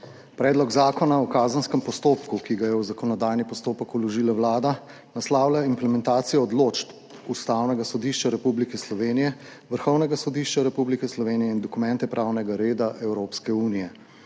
Predlog zakona o kazenskem postopku, ki ga je v zakonodajni postopek vložila Vlada, naslavlja implementacijo odločb Ustavnega sodišča Republike Slovenije, Vrhovnega sodišča Republike Slovenije in dokumente pravnega reda Evropske unije.